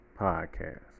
podcast